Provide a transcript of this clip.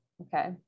okay